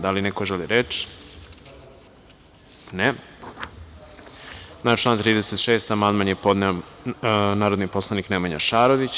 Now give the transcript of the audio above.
Da li neko želi reč? (Ne) Na član 36. amandman je podneo narodni poslanik Nemanja Šarović.